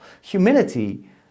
Humility